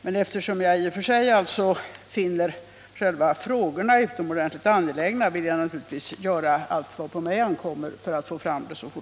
Men eftersom jag finner själva Nr 90 frågorna utomordentligt angelägna, vill jag naturligtvis göra allt vad på mig Tisdagen den